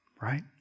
Right